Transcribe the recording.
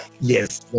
Yes